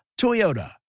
Toyota